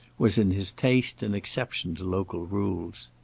was in his taste an exception to local rules.